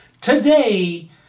today